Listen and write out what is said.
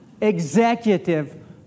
Executive